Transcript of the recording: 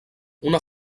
una